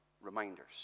reminders